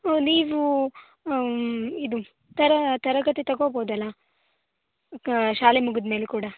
ಒ ನೀವು ಇದು ತರ ತರಗತಿ ತೊಗೋಬೋದಲ್ಲ ಶಾಲೆ ಮುಗಿದ ಮೇಲೂ ಕೂಡ